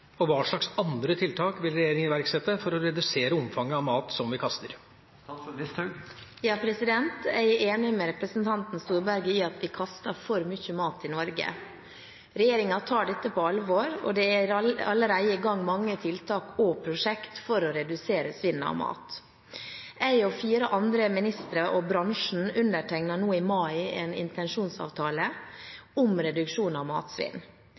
og hva slags andre tiltak vil regjeringen iverksette for å redusere omfanget av mat som vi kaster?» Jeg er enig med representanten Storberget i at vi kaster for mye mat i Norge. Regjeringen tar dette på alvor, og det er allerede i gang mange tiltak og prosjekter for å redusere svinnet av mat. Jeg og fire andre ministre og bransjen undertegnet nå i mai en intensjonsavtale om reduksjon av matsvinn.